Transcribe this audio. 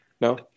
No